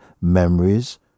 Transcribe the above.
memories